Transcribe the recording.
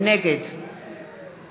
נגד